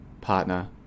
partner